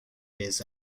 his